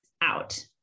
out